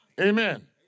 Amen